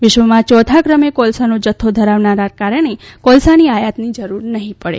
વિશ્વમાં ચોથા કરમે કોલસાનો જથ્થો ધરાવવાના કારણે કોલસાની આયાતની જરૂર નહીં પડે